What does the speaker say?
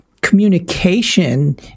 communication